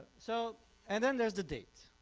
so and then there's the date.